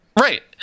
Right